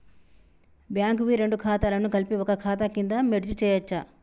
Bank వి రెండు ఖాతాలను కలిపి ఒక ఖాతా కింద మెర్జ్ చేయచ్చా?